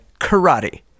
karate